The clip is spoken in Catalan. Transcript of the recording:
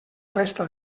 resta